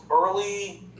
early